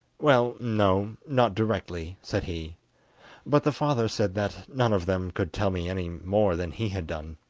well, no not directly said he but the father said that none of them could tell me any more than he had done